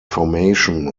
formation